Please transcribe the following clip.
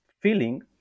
feeling